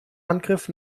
handgriff